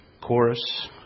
chorus